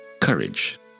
Courage